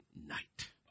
night